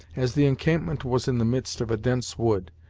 as the encampment was in the midst of a dense wood,